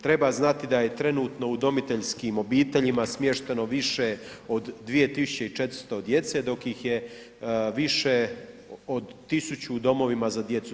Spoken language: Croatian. Treba znati da je trenutno u udomiteljskim obiteljima smješteno više od 2400 djece, dok ih je više od 1000 u domovima za djecu.